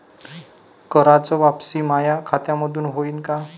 कराच वापसी माया खात्यामंधून होईन का?